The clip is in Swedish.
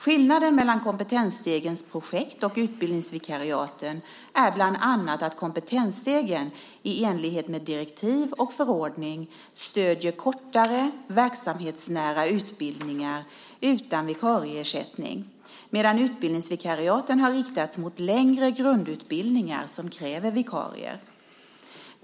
Skillnaden mellan Kompetensstegens projekt och utbildningsvikariaten är bland annat att Kompetensstegen, i enlighet med direktiv och förordning, stöder kortare, verksamhetsnära utbildningar utan vikarieersättning, medan utbildningsvikariaten har riktats mot längre grundutbildningar som kräver vikarier.